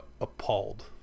appalled